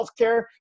Healthcare